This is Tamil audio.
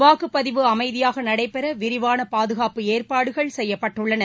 வாக்குப்பதிவு அமைதியாக நடைபெற விரிவான பாதுகாப்பு ஏற்பாடுகள் செய்யப்பட்டுள்ளன